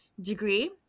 degree